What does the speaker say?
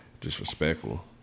Disrespectful